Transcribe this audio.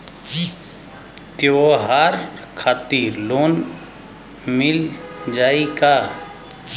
त्योहार खातिर लोन मिल जाई का?